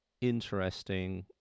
interesting